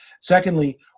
secondly